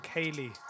Kaylee